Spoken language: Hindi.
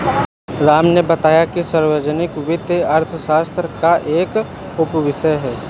राम ने बताया कि सार्वजनिक वित्त अर्थशास्त्र का एक उपविषय है